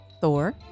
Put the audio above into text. Thor